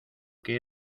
que